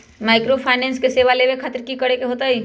Microfinance के सेवा लेबे खातीर की करे के होई?